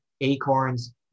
acorns